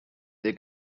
they